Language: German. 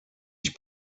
ich